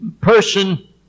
person